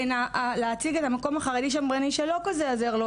בין להציג את המקום החרדי-שמרני שלא כזה עוזר לו